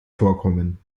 vorkommen